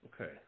Okay